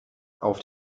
auf